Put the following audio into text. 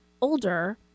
older